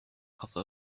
other